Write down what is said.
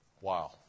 Wow